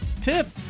tip